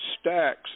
stacks